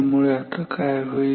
त्यामुळे आता काय होईल